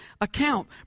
account